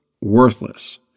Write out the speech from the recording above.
worthless